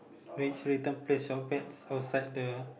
which written place your bets outside the